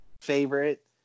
favorite